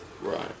Right